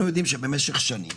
שבמשך שנים